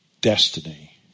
destiny